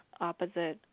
opposite